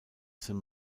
san